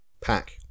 Pack